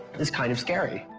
it's kind of scary.